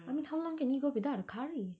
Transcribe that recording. I mean how can you go without a curry